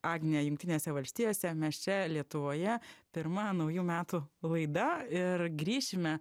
agnė jungtinėse valstijose mes čia lietuvoje pirma naujų metų laida ir grįšime